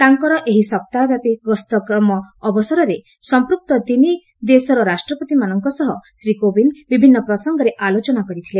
ତାଙ୍କର ଏହି ସପ୍ତାହବ୍ୟାପୀ ଗସ୍ତକ୍ରମ ଅବସରରେ ସମ୍ପୃକ୍ତ ତିନି ଦେଶର ରାଷ୍ଟ୍ରପତିମାନଙ୍କ ସହ ଶ୍ରୀ କୋବିନ୍ଦ ବିଭିନ୍ନ ପ୍ରସଙ୍ଗରେ ଆଲୋଚନା କରିଥିଲେ